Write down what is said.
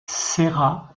sera